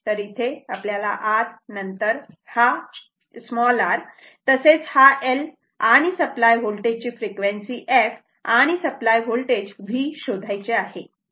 तर इथे आपल्याला हा R नंतर हा r तसेच हा L आणि सप्लाय होल्टेज ची फ्रिक्वेन्सी f आणि हे सप्लाय व्होल्टेज V शोधायचे आहे